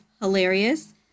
hilarious